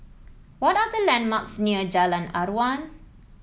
what are the landmarks near Jalan Aruan